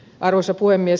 arvoisa puhemies